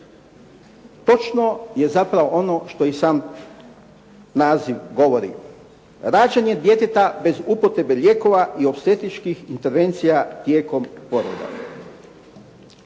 točno je zapravo ono što i sam naziv govori. Rađanje djeteta bez upotrebe lijekova i opstetičkih intervencija tijekom poroda.